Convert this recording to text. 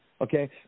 okay